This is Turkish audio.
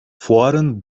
fuarın